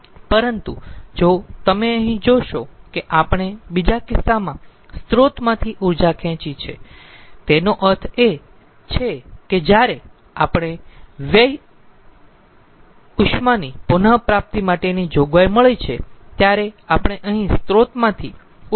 પરંતુ જો તમે અહીં જોશો કે આપણે બીજા કિસ્સામાં સ્રોતમાંથી ઊર્જા ખેંચી છે તેનો અર્થ એ છે કે જ્યાંરે આપણને વ્યય ઉષ્માની પુન પ્રાપ્તિ માટેની જોગવાઈ મળી છે ત્યારે આપણે અહીં સ્રોતમાંથી ઓછી માત્રામાં ઊર્જા લઈયે છીએ